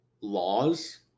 laws